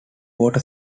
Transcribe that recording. water